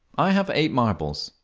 i have eight marbles.